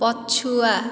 ପଛୁଆ